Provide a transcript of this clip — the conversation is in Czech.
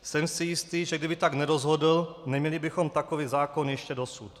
Jsem si jistý, že kdyby tak nerozhodl, neměli bychom takový zákon ještě dosud.